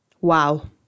Wow